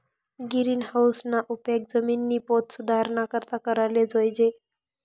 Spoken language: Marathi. गिरीनहाऊसना उपेग जिमिननी पोत सुधाराना करता कराले जोयजे